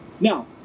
Now